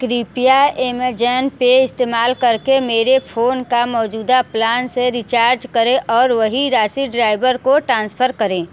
कृपया अमेजन पर इस्तेमाल करके मेरे फ़ोन का मौजूदा प्लान से रिचार्ज करें और वही राशि ड्राय भर को ट्रांसफ़र करें